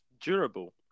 durable